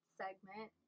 segment